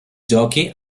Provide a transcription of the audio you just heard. giochi